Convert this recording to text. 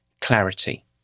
clarity